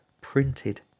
printed